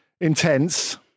intense